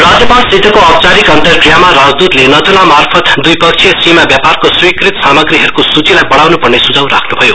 राज्यपालसितको औपचारिक अन्तरक्रियामा राजदूतले नथालामार्फत दुईपक्षीय सीमा व्यापारको स्वीकृत सामग्रीहरूको सूचिलाई बढ़ाउनुपर्ने सुझाव राख्नुभयो